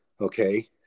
Okay